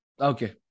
Okay